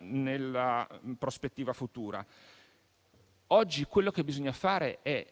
nella prospettiva futura. Oggi quello che occorre fare è